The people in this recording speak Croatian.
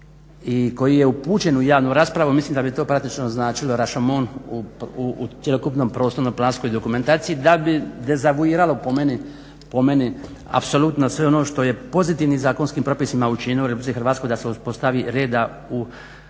i koji je upućen u javnu raspravu mislim da bi to praktički značilo rašomon u cjelokupnom prostorno-planskoj dokumentaciji da bi devalviralo po meni apsolutno sve ono što je pozitivnim zakonskim propisima učinjeno u RH da se uspostavi reda u hrvatskom